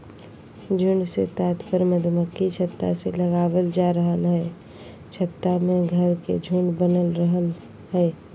झुंड से तात्पर्य मधुमक्खी छत्ता से लगावल जा रहल हई छत्ता में घर के झुंड बनल रहई हई